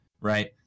right